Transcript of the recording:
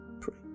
pray